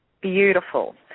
Beautiful